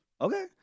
Okay